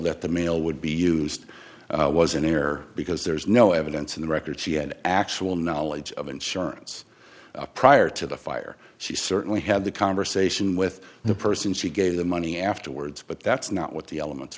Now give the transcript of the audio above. that the mail would be used was an error because there's no evidence in the record she had actual knowledge of insurance prior to the fire she certainly had the conversation with the person she gave the money afterwards but that's not what the elements